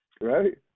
right